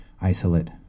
isolate